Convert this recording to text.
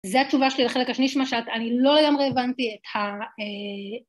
זו התשובה שלי לחלק השני של מה שאת.., אני לא לגמרי הבנתי את ה...